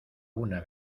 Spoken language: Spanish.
una